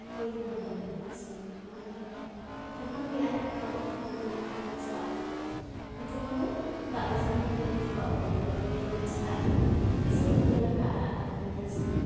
ᱦᱳᱭ ᱤᱧᱫᱚ ᱫᱚᱢᱮ ᱧᱮᱞ ᱥᱟᱱᱟᱹᱧᱟ ᱚᱱᱟ ᱞᱟᱹᱜᱤᱫᱼᱛᱮ ᱡᱚᱠᱷᱚᱱ ᱜᱮ ᱟᱭᱳ ᱠᱚ ᱵᱟᱵᱟ ᱠᱚᱠᱚ ᱢᱮᱱᱟ ᱚᱠᱟᱵᱚᱱ ᱪᱟᱞᱟᱜᱼᱟ ᱛᱚ ᱤᱧᱫᱚ ᱡᱚᱛᱚ ᱠᱷᱚᱱ ᱫᱚ ᱫᱟᱜ ᱫᱤᱥᱚᱢᱜᱤᱧ ᱢᱮᱱᱟ ᱪᱚᱞᱚ ᱟᱵᱚ ᱚᱸᱰᱮ ᱧᱮᱧᱮᱞ ᱵᱚᱱ ᱪᱟᱞᱟᱜᱼᱟ ᱛᱤᱥᱦᱚᱸ ᱵᱟᱹᱧ ᱧᱮᱞ ᱟᱠᱟᱜᱼᱟ ᱟᱨ ᱫᱚᱢᱮ ᱧᱮᱞ ᱥᱟᱱᱟᱹᱧᱟ